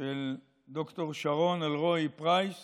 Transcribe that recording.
של ד"ר שרון אלרעי פרייס